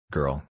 Girl